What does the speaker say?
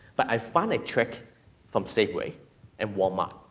but i found a trick from safeway and walmart.